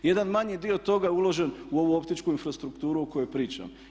Jedan manji dio toga je uložen u ovu optičku infrastrukturu o kojoj pričamo.